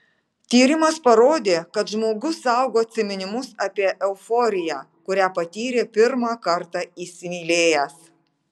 tyrimas parodė kad žmogus saugo atsiminimus apie euforiją kurią patyrė pirmą kartą įsimylėjęs